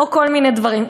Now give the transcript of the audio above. או כל מיני דברים.